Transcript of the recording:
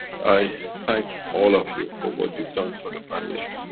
i thank all of you, for what you've done for the foundation.